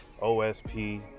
osp